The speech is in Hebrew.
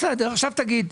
בסדר, עכשיו תגיד.